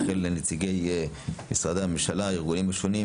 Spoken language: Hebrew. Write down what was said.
וכן לנציגי משרדי הממשלה והארגונים השונים.